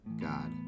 God